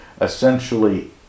essentially